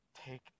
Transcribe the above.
take